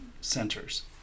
centers